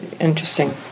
interesting